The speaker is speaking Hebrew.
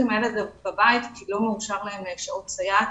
עם הילד בבית כי לא מאושרות לו שעות סייעת,